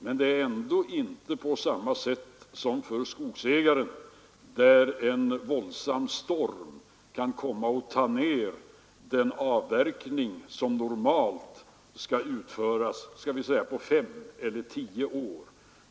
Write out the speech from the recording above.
Men det är ändå inte på samma sätt som för skogsägaren där en våldsam storm kan komma och fälla det som normalt skall avverkas under fem eller tio år.